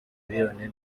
miliyoni